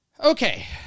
Okay